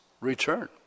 return